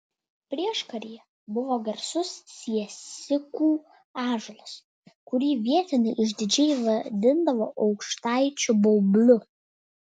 prieškaryje buvo garsus siesikų ąžuolas kurį vietiniai išdidžiai vadindavo aukštaičių baubliu